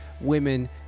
women